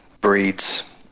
breeds